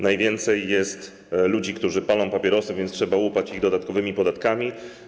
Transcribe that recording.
Najwięcej jest ludzi, którzy palą papierosy, więc trzeba łupać ich dodatkowymi podatkami.